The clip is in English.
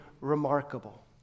remarkable